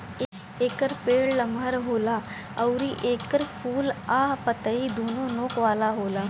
एकर पेड़ लमहर होला अउरी एकर फूल आ पतइ दूनो नोक वाला होला